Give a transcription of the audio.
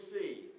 see